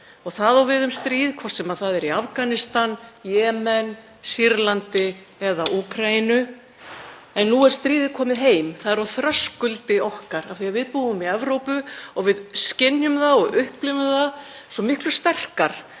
Það á við um stríð, hvort sem það er í Afganistan, Jemen, Sýrlandi eða Úkraínu. En nú er stríðið komið heim. Það er á þröskuldi okkar af því að við búum í Evrópu og við skynjum og upplifum það svo miklu sterkar